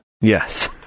Yes